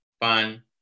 fun